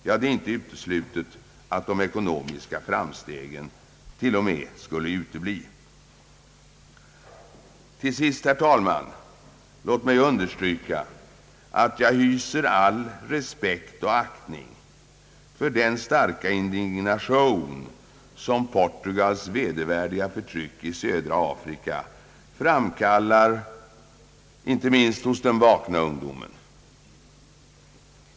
Ja, det är inte uteslutet att de ekonomiska framstegen till och med skulle utebli. Låt mig till sist, herr talman, understryka att jag hyser all respekt och aktning för den starka indignation som Portugals vedervärdiga förtryck i södra Afrika framkallar, inte minst hos den vakna ungdomen.